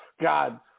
God